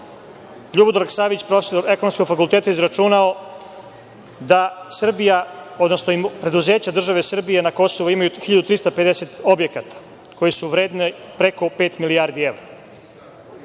Ljubodrag Savić, profesor ekonomskog fakulteta je izračunao da preduzeća države Srbije na Kosovu imaju 1.350 objekata, koji su vredni preko pet milijardi evra. Peto